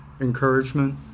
encouragement